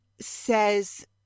says